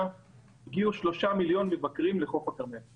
הגיעו שלושה מיליון מבקרים לחוף הכרמל,